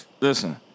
listen